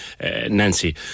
Nancy